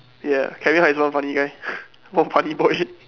ya Kevin Hart is one funny guy one funny boy